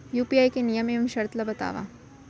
UPI के नियम एवं शर्त ला बतावव